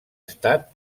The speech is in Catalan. estat